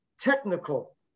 technical